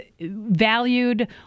valued